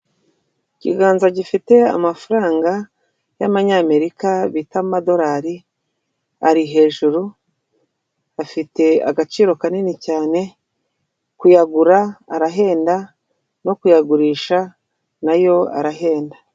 Ikiganza gifite amafaranga y'abanyamerika bita amadorari ari hejuru, afite agaciro kanini cyane kuyagura arahenda no kuyagurisha na yo arahenda.